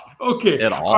Okay